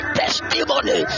testimony